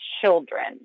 children